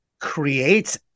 create